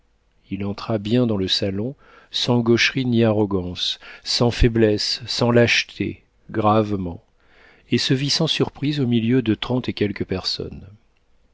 il entra bien dans le salon sans gaucherie ni arrogance sans faiblesse sans lâcheté gravement et se vit sans surprise au milieu de trente et quelques personnes